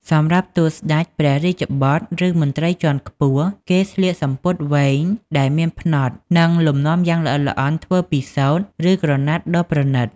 សម្រាប់តួស្តេច ព្រះរាជបុត្រ ឬមន្ត្រីជាន់ខ្ពស់ គេស្លៀកសំពត់វែងដែលមានផ្នត់ និងលំនាំយ៉ាងល្អិតល្អន់ធ្វើពីសូត្រ ឬក្រណាត់ដ៏ប្រណីត។